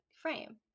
frame